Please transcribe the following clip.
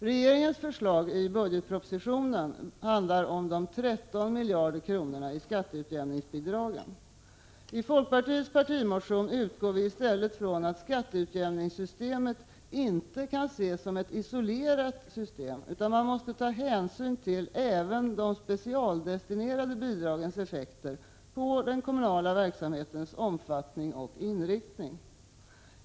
Regeringens förslag i budgetpropositionen handlar om de 13 miljarder kronorna i skatteutjämningsbidrag. I folkpartiets partimotion utgår vi i stället från att skatteutjämningssystemet inte kan ses som ett isolerat system, utan man måste ta hänsyn till även de specialdestinerade bidragens effekter på den kommunala verksamhetens omfattning och inriktning.